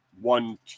one